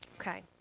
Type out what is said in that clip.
Okay